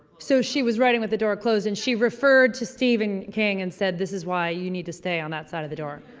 so she was writing with the door closed and she referred to steven king and said, this is why you need to stay on that side of the door.